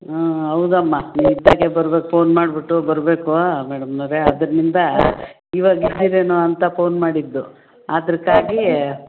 ಹಾಂ ಹೌದಮ್ಮ ನೀವು ಇದ್ದಾಗೆ ಬರಬೇಕು ಫೋನ್ ಮಾಡಿಬಿಟ್ಟು ಬರಬೇಕು ಮೇಡಮ್ನವ್ರೆ ಅದರ್ನಿಂದ ಈವಾಗ ಇದ್ದೀರೇನೋ ಅಂತ ಫೋನ್ ಮಾಡಿದ್ದು ಅದಕಾಗಿ